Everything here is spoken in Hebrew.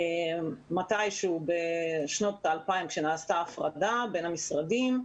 מתישהו בשנות ה-2000 כשנעשתה הפרדה בין המשרדים,